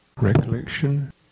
recollection